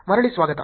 ಮರಳಿ ಸ್ವಾಗತ